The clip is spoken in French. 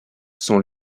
sont